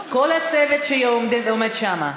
כל הצוות שעומד שם,